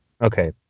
Okay